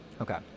Okay